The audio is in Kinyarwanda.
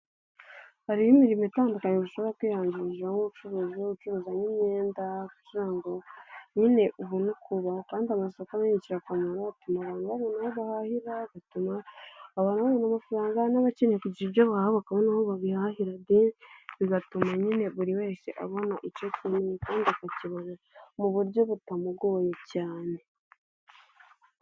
Hariho imirimo itandukanye bishobora kwihangirasha nk'ubucuruzi wicururiza nk'imyenda kugira ngo nyine ubona ukubaha kandi amasoko menshi agira akamaro kuko tubona aho duhahira gatuma abahanga amafaranga n'abakeneye kugira ibyo bahabwa bakabona aho babihahira bigatuma nyine buri wese abona icyo kintu kandi akakibaye mu buryo butamugoye cyane.